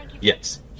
Yes